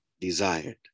desired